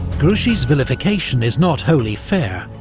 grouchy's vilification is not wholly fair,